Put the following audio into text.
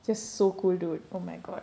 just so cool dude oh my god